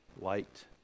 light